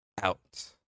out